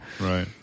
Right